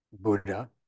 Buddha